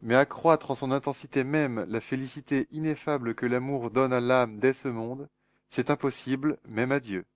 mais accroître en son intensité même la félicité ineffable que l'amour donne à l'âme dès ce monde c'est impossible même à dieu